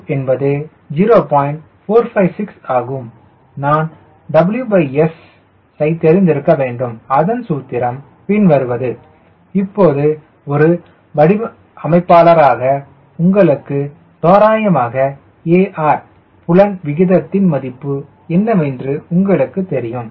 465 ஆகும் நான் WS ஐ தெரிந்திருக்க வேண்டும் அதன் சூத்திரத்தை முன்பே பெற்றுவிட்டோம் WSTW GTW G2 4CD0πARe 2qπARe இப்போது ஒரு வடிவமைப்பாளராக உங்களுக்கு தோராயமாக AR புலன் விகிதத்தின் மதிப்பு என்னவென்று உங்களுக்கு தெரியும்